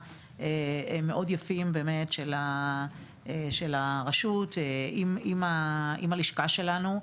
מאוד יפים של הרשות עם הלשכה שלנו.